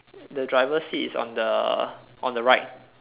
the driver's seat is on the on the right